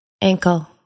ankle